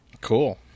Cool